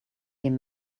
dem